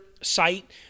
site